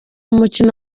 umukino